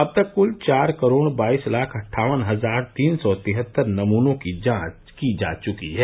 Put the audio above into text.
अब तक कुल चार करोड़ बाईस लाख अट्ठावन हजार तीन सौ तिहत्तर नमूनों की जांच की जा चुकी है